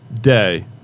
day